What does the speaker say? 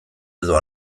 edo